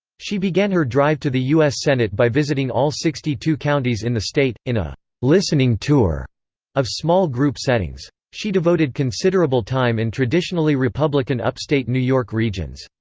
she began her drive to the u s. senate by visiting all sixty two counties in the state, in a listening tour of small-group settings. she devoted considerable time in traditionally republican upstate new york regions.